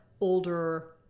older